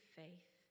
faith